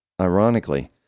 Ironically